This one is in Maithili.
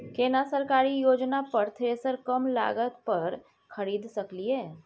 केना सरकारी योजना पर थ्रेसर कम लागत पर खरीद सकलिए?